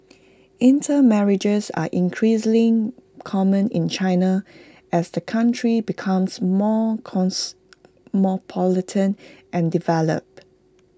intermarriages are increasingly common in China as the country becomes more cosmopolitan and developed